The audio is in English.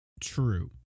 true